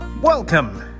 Welcome